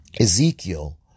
Ezekiel